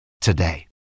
today